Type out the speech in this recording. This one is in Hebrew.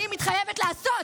מתחייבת לעשות,